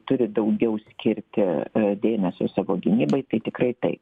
turi daugiau skirti dėmesio savo gynybai tai tikrai